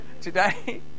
Today